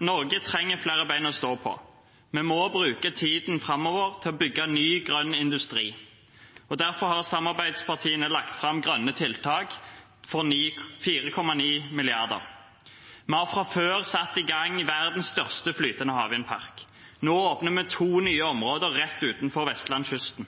Norge trenger flere ben å stå på. Vi må bruke tiden framover til å bygge ny grønn industri. Derfor har samarbeidspartiene lagt fram grønne tiltak for 4,9 mrd. kr. Vi har fra før satt i gang verdens største flytende havvindpark. Nå åpner vi to nye områder rett utenfor vestlandskysten.